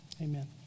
Amen